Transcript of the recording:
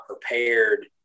prepared